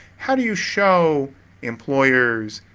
how do you show employers,